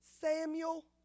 Samuel